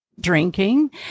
drinking